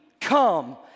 Come